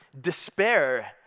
despair